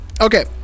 okay